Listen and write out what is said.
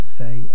say